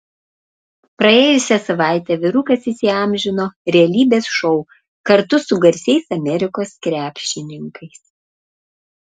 praėjusią savaitę vyrukas įsiamžino realybės šou kartu su garsiais amerikos krepšininkais